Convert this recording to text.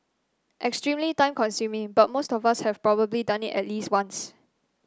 extremely time consuming but most of us have probably done it at least once